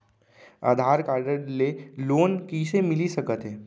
आधार card ले loan कइसे मिलिस सकत हे?